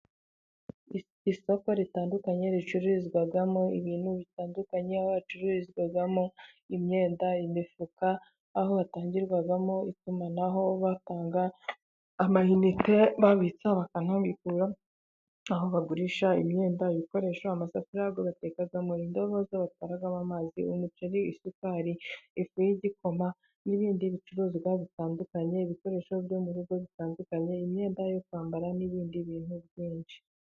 Isoko ritandukanye ricururizwamo ibintu bitandukanye ba hacururizwamo imyenda , imifuka aho hatangirwamo itumanaho bakanga amahinka babitsa bakanambikura, aho bagurisha imyenda, ibikoresho, amasafuri batekamo, indobo batwararamo amazi, umuceri, isukari, ifu y'igikoma n'ibindi bicuruzwa bitandukanye, ibikoresho byo mu rugo bitandukanye, imyenda yo kwambara n'ibindi bintu byinshi.